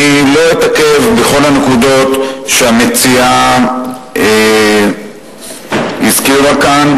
אני לא אתעכב בכל הנקודות שהמציעה הזכירה כאן,